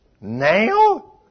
Now